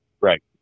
Right